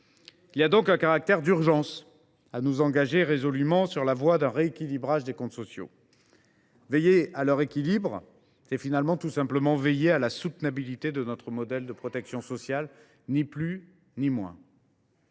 Il y a donc un caractère d’urgence à nous engager résolument sur la voie d’un rééquilibrage des comptes sociaux. Veiller à leur équilibre, c’est tout simplement veiller à la soutenabilité de notre modèle de protection sociale. De ce point